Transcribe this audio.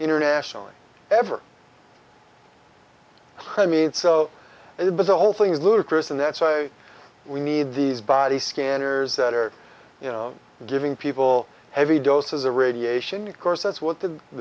internationally ever i mean so it was the whole thing is ludicrous and that's a we need these body scanners that are you know giving people heavy doses of radiation of course that's what the